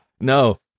No